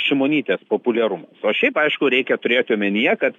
šimonytės populiarumas o šiaip aišku reikia turėti omenyje kad